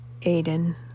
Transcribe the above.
Aiden